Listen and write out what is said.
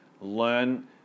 learn